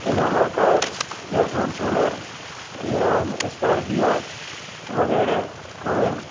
Innova car یا Fortuner یا Scorpio وغیرہ کوئی